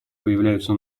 появляются